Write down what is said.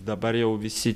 dabar jau visi